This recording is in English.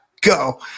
go